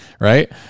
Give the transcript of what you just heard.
right